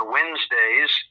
Wednesdays